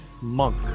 monk